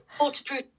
waterproof